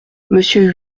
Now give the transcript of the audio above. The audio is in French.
monsieur